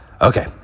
Okay